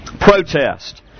protest